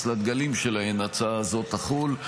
לדגלים שלהן ההצעה הזאת תחול.